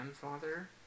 grandfather